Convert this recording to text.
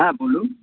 হ্যাঁ বলুন